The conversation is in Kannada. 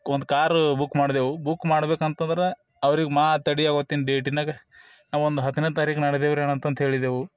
ಒಂದು ಕಾರು ಬುಕ್ ಮಾಡಿದೆವು ಬುಕ್ ಮಾಡ್ಬೇಕು ಅಂತಂದ್ರೆ ಅವ್ರಿಗೆ ಮಾತಾಡಿ ಅವತ್ತಿನ ಡೇಟಿನಾಗ ಒಂದು ಹತ್ತನೇ ತಾರೀಕು ನಡ್ದೆವರೀ ಅಣ್ಣ ಅಂತ ಹೇಳಿದೆವು